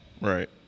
Right